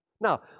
Now